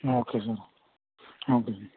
okay sir okay sir